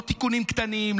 לא תיקונים קטנים,